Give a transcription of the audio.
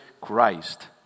Christ